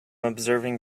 observing